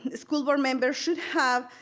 school board members should have